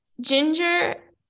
Ginger